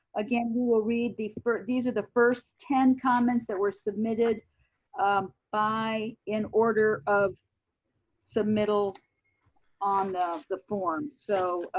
again, we will read the first, these are the first ten comments that were submitted by in order of submittal on the the form. so